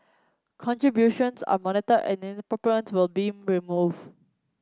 contributions are monitored and inappropriate ones will be removed